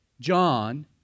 John